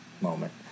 moment